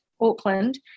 Auckland